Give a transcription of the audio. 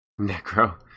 Necro